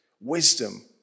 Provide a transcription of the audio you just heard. Wisdom